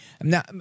Now